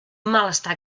malestar